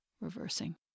reversing